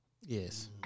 Yes